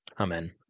Amen